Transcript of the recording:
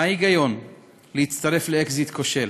מה ההיגיון להצטרף לאקזיט כושל?